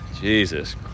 Jesus